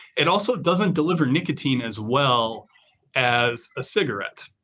it also doesn't deliver nicotine as well as a cigarette.